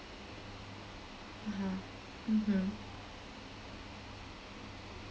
(uh huh) mmhmm